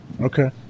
Okay